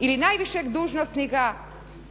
ili najvišeg dužnosnika